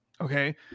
Okay